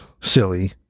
silly